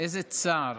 איזה צער